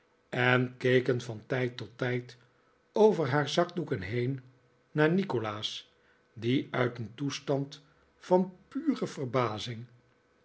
en keken van tijd tot tijd over haar zakdoeken heen naar nikolaas die uit een toestand van pure verbazing